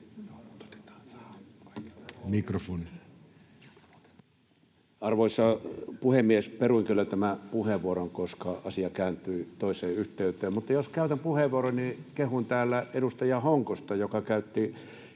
Content: Arvoisa puhemies! Peruin kyllä tämän puheenvuoron, koska asia kääntyi toiseen yhteyteen, mutta jos käytän puheenvuoroni, niin kehun täällä edustaja Honkosta, joka käytti